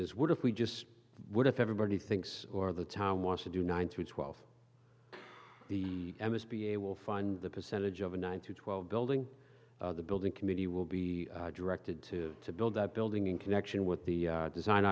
is what if we just would if everybody thinks or the town wants to do nine to twelve the m s b a will fund the percentage of a nine to twelve building the building committee will be directed to to build that building in connection with the design